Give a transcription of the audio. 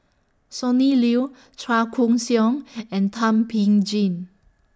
Sonny Liew Chua Koon Siong and Thum Ping Tjin